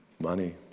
money